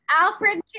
Alfred